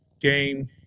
game